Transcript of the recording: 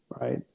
right